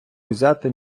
узяти